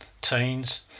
teens